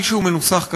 כפי שהוא מנוסח כרגע,